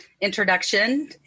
introduction